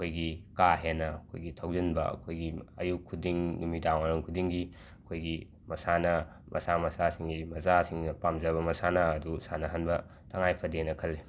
ꯑꯩꯈꯣꯏꯒꯤ ꯀꯥ ꯍꯦꯟꯅ ꯑꯩꯈꯣꯏꯒꯤ ꯊꯧꯖꯤꯟꯕ ꯑꯩꯈꯣꯏꯒꯤ ꯑꯌꯨꯛ ꯈꯨꯗꯤꯡ ꯅꯨꯃꯤꯗꯥꯡꯋꯥꯏꯔꯝ ꯈꯨꯗꯤꯡꯒꯤ ꯑꯩꯈꯣꯏꯒꯤ ꯃꯥꯁꯥꯅ ꯃꯁꯥ ꯃꯁꯥꯁꯤꯡꯒꯤ ꯃꯆꯥꯁꯤꯡꯅ ꯄꯥꯝꯖꯕ ꯃꯁꯥꯟꯅꯥ ꯑꯗꯨ ꯁꯥꯟꯅꯍꯟꯕ ꯇꯉꯥꯏ ꯐꯗꯦꯅ ꯈꯜꯂꯤ